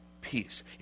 peace